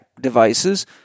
devices